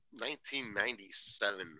1997